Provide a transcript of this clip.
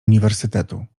uniwersytetu